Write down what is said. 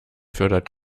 fördert